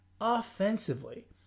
offensively